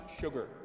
sugar